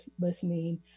listening